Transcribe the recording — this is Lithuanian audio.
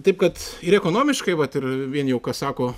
taip kad ir ekonomiškai vat ir vien jau ką sako